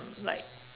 like